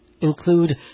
include